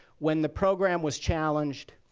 when the program was challenged,